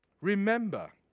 Remember